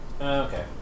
Okay